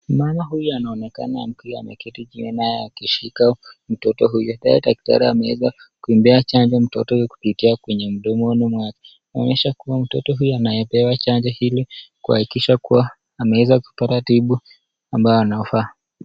Mama huyu anaonekana akiwa ameketi chini naye akishika mtoto huyu naye daktari ameweza kumpea chanjo mtoto huyu kupitia kwenye mdomoni mwake inaonyesha kuwa mtoto huyu anayepewa chanjo hili ili kuhakikisha kuwa ameweza kupata tiba ambalo anafaa.